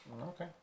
Okay